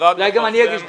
אולי גם אני אגיש בקשה.